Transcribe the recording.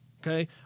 Okay